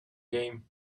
game